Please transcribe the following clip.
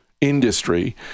industry